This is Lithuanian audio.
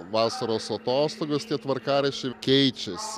vasaros atostogas tie tvarkaraščiai ir keičiasi